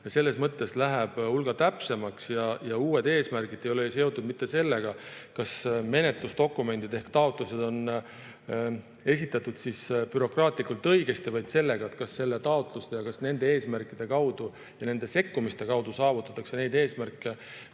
selles mõttes läheb hulga täpsemaks. Uued eesmärgid ei ole ju seotud mitte sellega, kas menetlusdokumendid ehk taotlused on esitatud bürokraatlikult õigesti, vaid sellega, kas selle taotluse ja kas nende eesmärkide ja nende sekkumiste kaudu saavutatakse neid eesmärke,